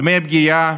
דמי פגיעה